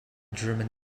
german